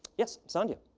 yes, sandhya?